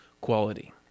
quality